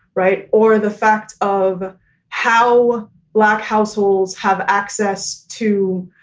right. or the fact of how black households have access to.